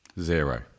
Zero